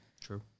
True